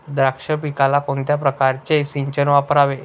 द्राक्ष पिकाला कोणत्या प्रकारचे सिंचन वापरावे?